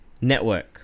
network